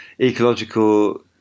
ecological